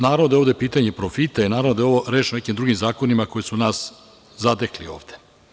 Naravno da je ovde pitanje profita i naravno da je ovo rešeno nekim drugim zakonima koji su nas zatekli ovde.